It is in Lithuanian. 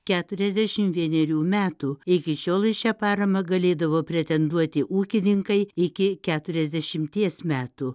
keturiasdešim vienerių metų iki šiol į šią paramą galėdavo pretenduoti ūkininkai iki keturiasdešimties metų